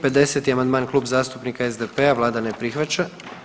50. amandman Kluba zastupnika SDP-a, Vlada ne prihvaća.